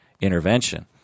intervention